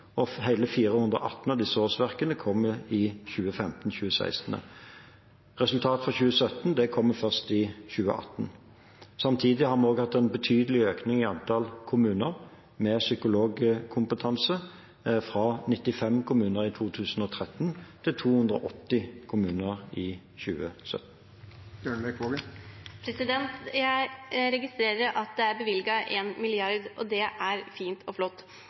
Hele 418 av disse årsverkene kom i 2015–2016. Resultatene for 2017 kommer først i 2018. Samtidig har vi også hatt en betydelig økning i antall kommuner med psykologkompetanse, fra 95 kommuner i 2013 til 280 kommuner i 2017. Jeg registrerer at det er bevilget 1 mrd. kr, og det er fint og flott.